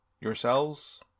yourselves